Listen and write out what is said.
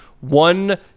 one